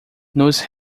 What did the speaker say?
nos